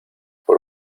por